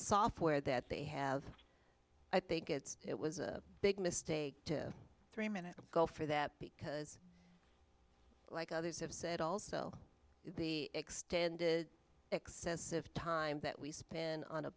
software that they have i think it's it was a big mistake to three minutes ago for that because like others have said also the extended excessive time that we spin on a